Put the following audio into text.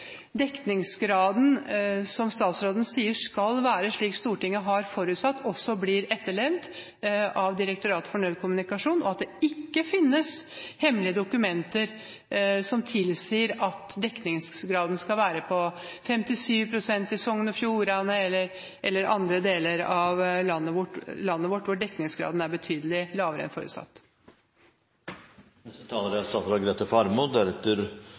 dekningsgraden, som statsråden sier skal være slik Stortinget har forutsatt, også blir etterlevd av Direktoratet for nødkommunikasjon, og at det ikke finnes hemmelige dokumenter som tilsier at dekningsgraden skal være på 57 pst. i Sogn og Fjordane eller i andre deler av landet vårt, hvor dekningsgraden er betydelig lavere enn forutsatt. Jeg er glad for at dette prosjektet har stor oppmerksomhet. Nødnettet er